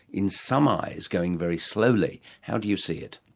in some eyes, going very slowly. how do you see it?